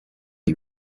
the